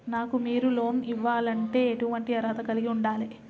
నాకు మీరు లోన్ ఇవ్వాలంటే ఎటువంటి అర్హత కలిగి వుండాలే?